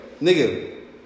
nigga